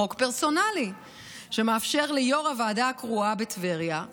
חוק פרסונלי שמאפשר ליו"ר הוועדה הקרואה בטבריה,